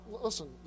Listen